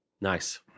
Nice